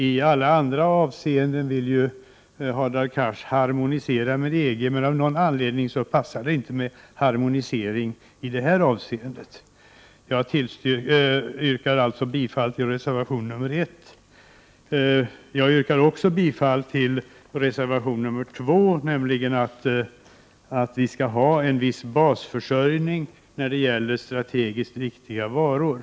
I alla andra avseenden vill ju Hadar Cars åstadkomma harmonisering med EG, men av någon anledning passar det inte med harmonisering i det här fallet. Jag yrkar alltså bifall till reservation 1. Jag yrkar också bifall till reservation 2, där det framhålls att vi skall ha en viss basförsörjning när det gäller strategiskt viktiga varor.